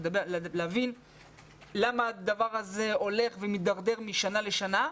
להבין למה הדבר הזה הולך ומתדרדר משנה לשנה.